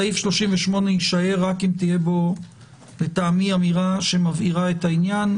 סעיף 38 יישאר רק אם תהיה פה לדעתי אמירה שמבהירה את העניין.